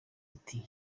ati